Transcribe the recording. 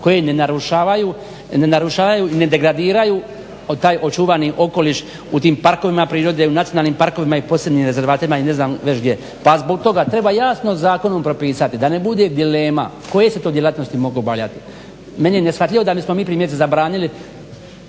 koje ne narušavaju, ne degradiraju taj očuvani okoliš u tim parkovima prirode, u nacionalnim parkovima i posebnim rezervatima i ne znam već gdje. Pa zbog toga treba jasno zakonom propisati da ne bude dilema koje se to djelatnosti mogu obavljati. Meni je neshvatljivo da bismo mi primjerice zabranili